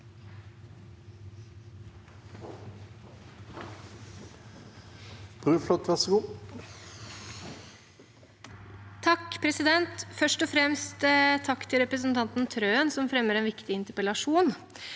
(H) Først og fremst takk til representanten Trøen som fremmer en viktig interpellasjon.